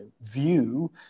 view